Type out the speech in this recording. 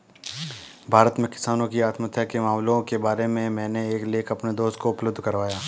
भारत में किसानों की आत्महत्या के मामलों के बारे में मैंने एक लेख अपने दोस्त को उपलब्ध करवाया